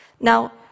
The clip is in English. Now